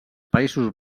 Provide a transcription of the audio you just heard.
països